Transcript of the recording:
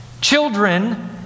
Children